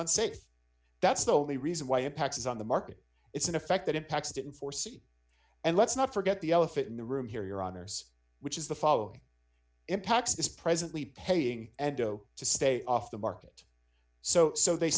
unsafe that's the only reason why impacts on the market it's an effect that impacts didn't foresee and let's not forget the elephant in the room here your honour's which is the following impacts is presently paying endo to stay off the market so so they